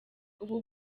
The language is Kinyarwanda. ubu